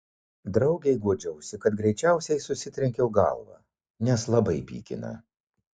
draugei guodžiausi kad greičiausiai susitrenkiau galvą nes labai pykina